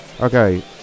Okay